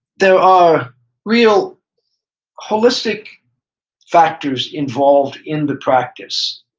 there are real wholistic factors involved in the practice.